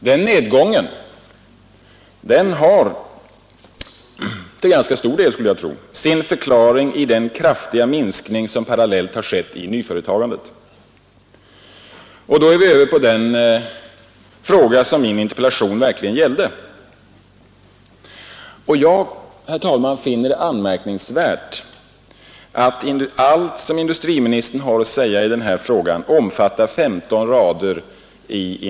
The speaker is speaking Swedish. Den nedgången har till ganska stor del sin förklaring i den kraftiga minskning som parallellt har skett i nyföretagandet. Då är vi över på den fråga som min interpellation verkligen gällde. Jag finner det anmärkningsvärt att allt som industriministern har att säga i den frågan omfattar 15 rader.